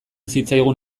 zitzaigun